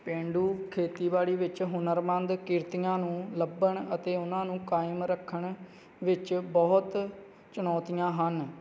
ਪੇਂਡੂ ਖੇਤੀਬਾੜੀ ਵਿੱਚ ਹੁਨਰਮੰਦ ਕਿਰਤੀਆਂ ਨੂੰ ਲੱਭਣ ਅਤੇ ਉਹਨਾਂ ਨੂੰ ਕਾਇਮ ਰੱਖਣ ਵਿੱਚ ਬਹੁਤ ਚੁਣੌਤੀਆਂ ਹਨ